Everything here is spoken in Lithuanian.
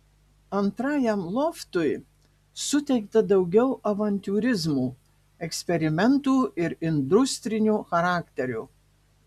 antrajam loftui suteikta daugiau avantiūrizmo eksperimentų ir industrinio charakterio